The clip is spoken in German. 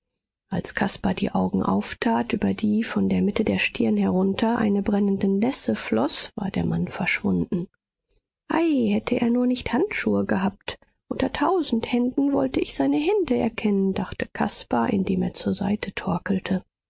als caspar die augen auftat über die von der mitte der stirn herunter eine brennende nässe floß war der mann verschwunden ei hätte er nur nicht handschuhe gehabt unter tausend händen wollte ich seine hand erkennen dachte caspar indem er zur seite torkelte